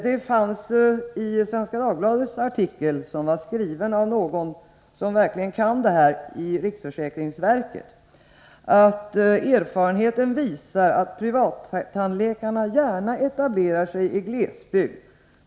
Det nämndes i Svenska Dagbladets artikel, som var skriven av någon i riksförsäkringsverket som verkligen kan det här, att erfarenheten visar att privattandläkarna gärna etablerar sig i glesbygden.